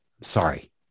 sorry